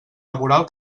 laboral